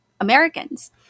americans